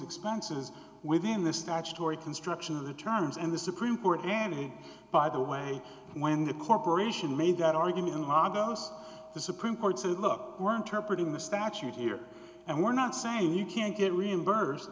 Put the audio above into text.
expenses within the statutory construction of the terms and the supreme court and by the way when the corporation made that argument goes the supreme court said look we're interpret in the statute here and we're not saying you can't get reimbursed